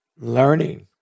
Learning